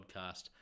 podcast